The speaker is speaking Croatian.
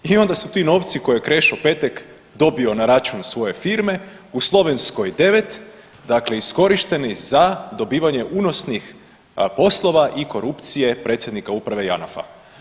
I onda su ti novci koje je Krešo Petek dobio na račun svoje firme u Slovenskoj 9 dakle iskorišteni za dobivanje unosnih poslova i korupcije predsjednika Uprave Janafa.